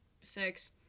Six